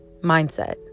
mindset